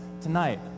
tonight